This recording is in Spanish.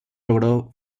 logró